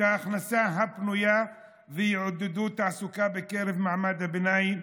ההכנסה הפנויה ויעודדו תעסוקה בקרב מעמד הביניים,